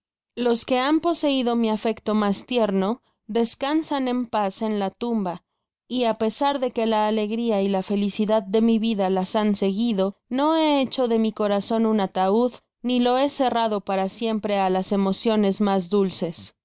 los que han poseido mi afecto mas tierno descansan en paz en la tumba y á pesar de que la alegria y la felicidad de mi vida las han seguido no he hecho de mi corazon un ataud ni lo he cerrado para siempre á las emociones mas dulces